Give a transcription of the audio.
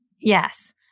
Yes